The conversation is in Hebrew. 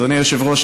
אדוני היושב-ראש,